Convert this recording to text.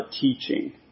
teaching